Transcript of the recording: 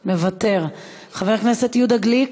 מוותר, חבר הכנסת יהודה גליק,